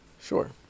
Sure